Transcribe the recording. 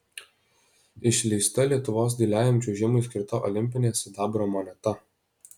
išleista lietuvos dailiajam čiuožimui skirta olimpinė sidabro moneta